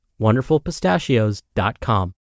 wonderfulpistachios.com